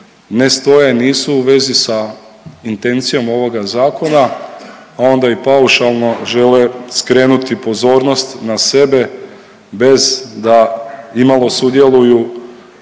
ne stoje, nisu u vezi sa intencijom ovoga zakona, a onda i paušalno žele skrenuti pozornost na sebe bez da imalo sudjeluju